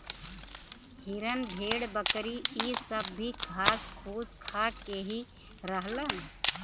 हिरन भेड़ बकरी इ सब भी घास फूस खा के ही रहलन